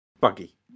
buggy